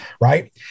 right